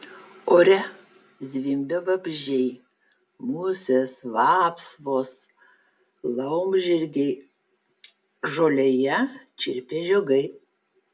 ore zvimbė vabzdžiai musės vapsvos laumžirgiai žolėje čirpė žiogai